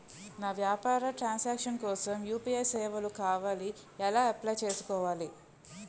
నా వ్యాపార transaction కోసం యు.పి.ఐ సేవలు కావాలి ఎలా అప్లయ్ చేసుకోవాలి?